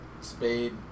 Spade